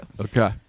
okay